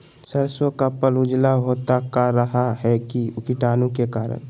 सरसो का पल उजला होता का रहा है की कीटाणु के करण?